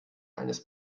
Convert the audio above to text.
eines